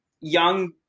young